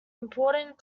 important